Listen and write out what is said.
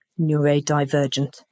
neurodivergent